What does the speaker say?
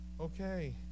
okay